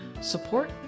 support